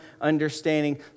understanding